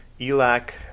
Elac